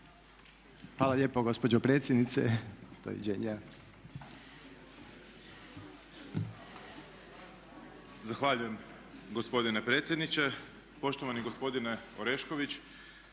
Hvala lijepa gospođo predsjednice. Doviđenja. **Grbin, Peđa (SDP)** Zahvaljujem gospodine predsjedniče. Poštovani gospodine Orešković